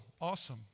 Awesome